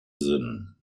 sinn